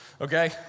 okay